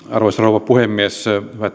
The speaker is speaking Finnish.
arvoisa rouva puhemies hyvät